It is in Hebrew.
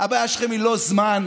הבעיה שלכם היא לא זמן,